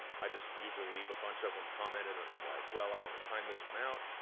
i just usually leave a bunch of them commented and i'm like, well, i wanna time this one out.